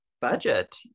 budget